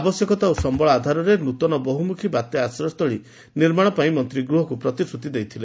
ଆବଶ୍ୟକତା ଓ ସମ୍ୟଳ ଆଧାରରେ ନ୍ତନ ବହୁମୁଖୀ ବାତ୍ୟା ଆଶ୍ରୟ ସ୍ଥଳୀ ନିର୍ମାଣ ପାଇଁ ମନ୍ତୀ ଗୃହକୁ ପ୍ରତିଶ୍ରତି ଦେଇଥିଲେ